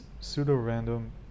pseudo-random